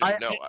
No